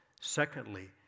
Secondly